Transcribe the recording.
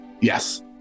Yes